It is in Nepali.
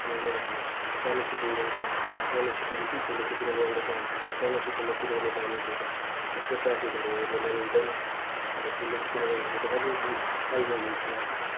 किनकि अब सानो सिटीमा छ अब सानो सिटीदेखि ठु सिटीमा जाँदैछ भने त अब त्यो सानो सिटीमा कुदाउने बानीले त त्यस्तो ट्राफिकहरू हेर्ने बानी हुँदैन अन्त ठुलो सिटीमा जाँदाखेरि अलिअलि अल्मलिन्छ मान्छे